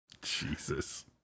Jesus